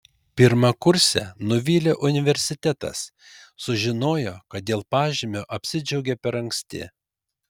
pirmakursę nuvylė universitetas sužinojo kad dėl pažymio apsidžiaugė per anksti